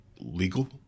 legal